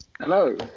Hello